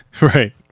Right